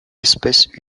espèce